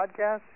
podcast